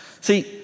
See